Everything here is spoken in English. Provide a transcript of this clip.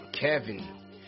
Kevin